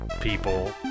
people